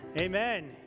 Amen